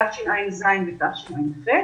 בתשע"ז ובתשע"ח,